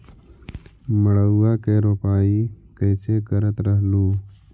मड़उआ की रोपाई कैसे करत रहलू?